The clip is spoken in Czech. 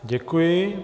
Děkuji.